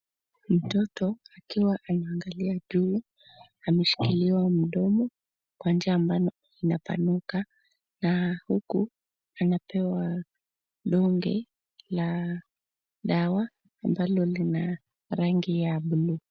Mtoto akiwa anaangalia juu ameshikiliwa mdomo kwa njia ambayo inapanuka na huku anapewa donge la dawa ambalo lina rangi ya bluu.